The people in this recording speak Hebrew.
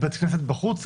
בבית כנסת בחוץ,